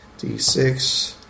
d6